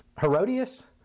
Herodias